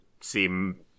seem